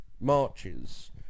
marches